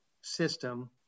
system